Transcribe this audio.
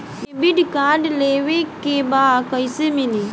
Debit card लेवे के बा कईसे मिली?